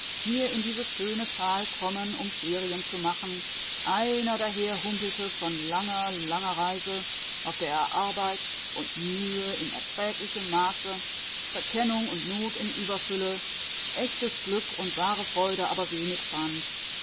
hier in dieses schöne tal kommen um ferien zu machen einer daherhumpelte von langer langer reise auf der er arbeit und mühe in erträglichem maße verkennung und not in überfülle echtes glück und wahre freude aber wenig fand